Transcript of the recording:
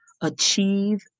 achieve